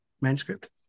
manuscript